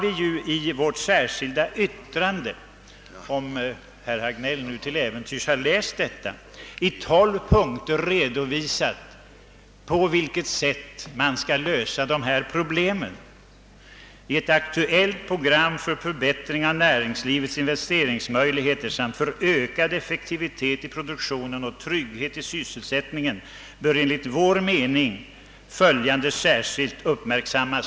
I vårt särskilda yttrande har vi — om herr Hagnell till äventyrs läst detta — i tolv punkter redovisat på vilket sätt man bör lösa dessa problem. Före dessa tolv punkter skriver vi: »I ett aktuellt program för förbättring av näringslivets investeringsmöjligheter samt för ökad effektivitet i produktionen och trygghet i sysselsättningen bör enligt vår mening följande särskilt uppmärksammas.»